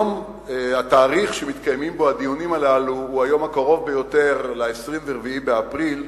התאריך שמתקיימים בו הדיונים הללו הוא היום הקרוב ביותר ל-24 באפריל,